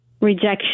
rejection